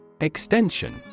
Extension